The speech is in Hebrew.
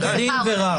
עורך דין ורב.